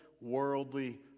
worldly